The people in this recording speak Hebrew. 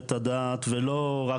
אנחנו נותנים את הדעת,